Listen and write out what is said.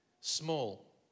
Small